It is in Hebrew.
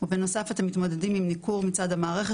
ובנוסף אתם מתמודדים עם ניכור מצד המערכת